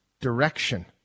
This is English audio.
direction